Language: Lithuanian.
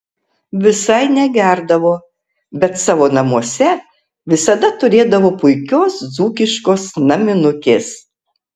visai negerdavo bet savo namuose visada turėdavo puikios dzūkiškos naminukės